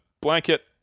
blanket